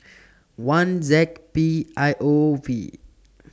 one Z P I O V